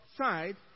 side